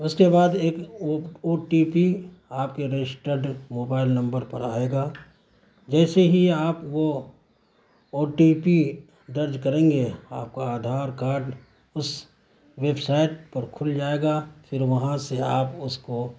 اس کے بعد ایک او ٹی پی آپ کے رجسٹرڈ موبائل نمبر پر آئے گا جیسے ہی آپ وہ او ٹی پی درج کریں گے آپ کا آدھار کارڈ اس ویب سائٹ پر کھل جائے گا پھر وہاں سے آپ اس کو